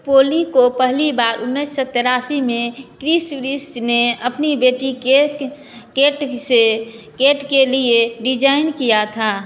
पोली को पहली बार उन्नीस सौ तेरासी में क्रिस व्रिस ने अपनी बेटी केट केट से केट के लिए डिज़ाइन किया था